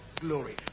glory